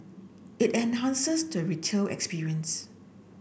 it enhances the retail experience